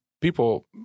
people